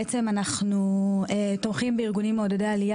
בעצם אנחנו תומכים בארגונים מעודדי עלייה,